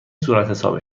صورتحساب